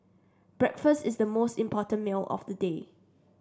breakfast is the most important meal of the day